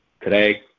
today